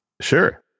Sure